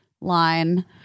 line